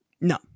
No